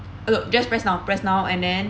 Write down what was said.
uh just press now press now and then